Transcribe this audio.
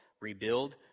rebuild